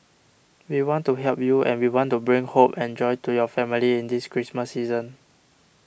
we want to help you and we want to bring hope and joy to your family in this Christmas season